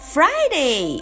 Friday